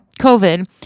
COVID